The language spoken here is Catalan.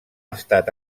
estat